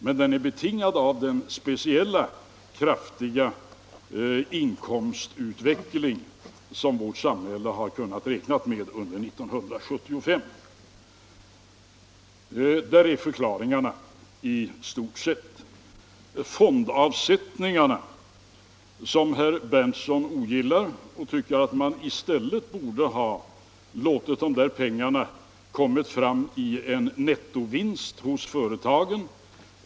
Men den är betingad av den speciellt kraftiga inkomstutveckling som vårt samhälle har haft under 1975. Där ligger i stort sett förklaringarna. Herr Berndtson ogillar fondavsättningar och tycker att vi i stället borde ha låtit de pengarna komma fram som en nettovinst hos företagen.